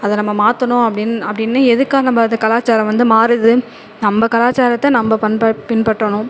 அதை நம்ம மாற்றணும் அப்படின் அப்படின்னு எதுக்காக நம்ம வந்து கலாச்சாரம் வந்து மாறுது நம்ம கலாச்சாரத்தை நம்ம பண்பை பின்பற்றணும்